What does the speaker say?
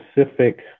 specific